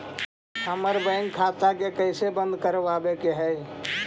हमर बैंक खाता के कैसे बंद करबाबे के है?